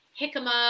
jicama